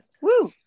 Woo